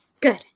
Good